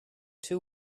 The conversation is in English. two